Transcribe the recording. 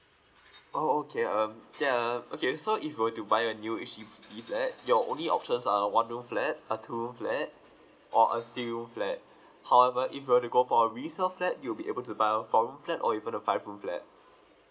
oh okay um yeah um okay so if you're to buy a new H_D_B flat your only options are one room flat a two room flat or a room flat however if you are to go for a resale flat you'll be able to buy a four room flat or even a five room flat